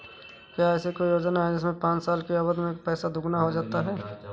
क्या ऐसी कोई योजना है जिसमें पाँच साल की अवधि में पैसा दोगुना हो जाता है?